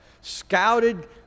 scouted